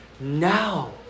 now